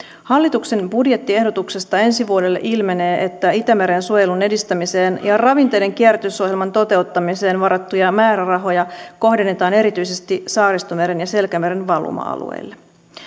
hallituksen budjettiehdotuksesta ensi vuodelle ilmenee että itämeren suojelun edistämiseen ja ravinteiden kierrätysohjelman toteuttamiseen varattuja määrärahoja kohdennetaan erityisesti saaristomeren ja selkämeren valuma alueille